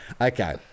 Okay